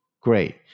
great